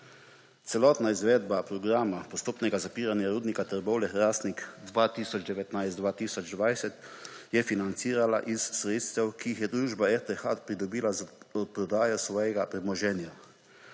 Celotna izvedba programa postopnega zapiranja Rudnika Trbovlje-Hrastnik 2019–2020 se je financirala iz sredstev, ki jih je družba RTH pridobila z odprodajo svojega premoženja.